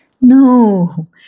No